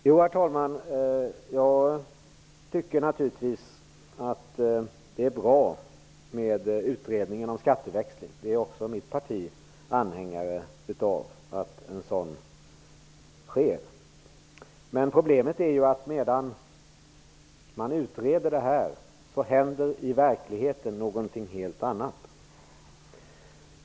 Herr talman! Jag tycker naturligtvis att utredningen om skatteväxling är bra. Också mitt parti är anhängare av att en sådan görs. Problemet är emellertid att medan detta utreds händer i verkligheten något helt annat.